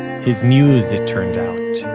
his muse, it turned out,